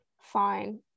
fine